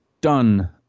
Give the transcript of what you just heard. Done